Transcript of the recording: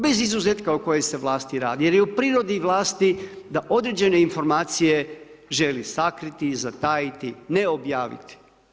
Bez izuzetka o kojoj se vlasti radi jer je u prirodi vlasti da određene informacije želi sakriti, zatajiti, ne objaviti.